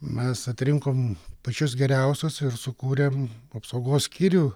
mes atrinkom pačius geriausius ir sukūrėm apsaugos skyrių